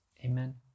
amen